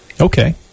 okay